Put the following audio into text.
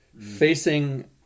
Facing